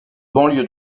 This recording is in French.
banlieue